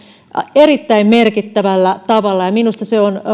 erittäin merkittävällä tavalla ja minusta se on